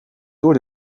door